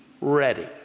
ready